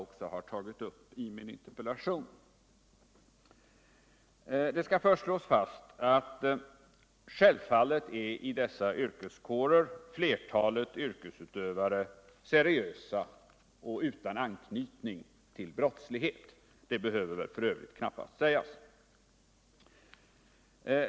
Det skall först slås fast att självfallet flertalet yrkesutövare i dessa yrkeskårer är seriösa och utan anknytning till brottslighet. Det behöver väl f. ö. knappast sägas.